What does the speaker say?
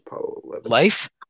Life